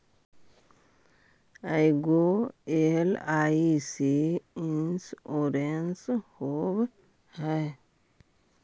ऐगो LIC insurance होव है?